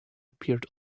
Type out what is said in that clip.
appeared